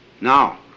Now